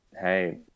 Hey